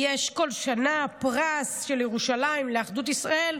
יש כל שנה פרס של ירושלים לאחדות ישראל.